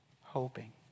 Hoping